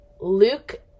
Luke